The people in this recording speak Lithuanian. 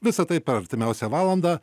visa tai per artimiausią valandą